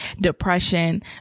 depression